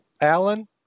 Alan